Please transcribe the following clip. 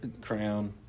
crown